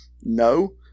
No